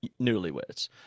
newlyweds